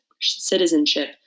citizenship